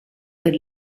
per